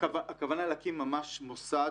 הכוונה היא להקים ממש מוסד